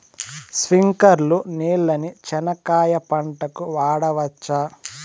స్ప్రింక్లర్లు నీళ్ళని చెనక్కాయ పంట కు వాడవచ్చా?